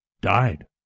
died